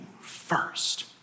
first